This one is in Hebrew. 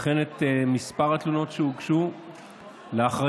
וכן את מספר התלונות שהוגשו לאחראי